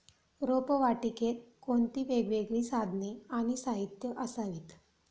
रोपवाटिकेत कोणती वेगवेगळी साधने आणि साहित्य असावीत?